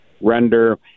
render